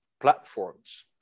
platforms